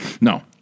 No